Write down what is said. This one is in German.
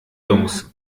jungs